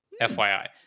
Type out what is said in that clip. FYI